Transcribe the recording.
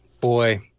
Boy